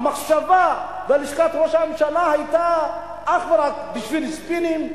המחשבה בלשכת ראש הממשלה היתה אך ורק בשביל ספינים,